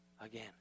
again